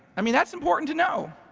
i mean, that's important to know.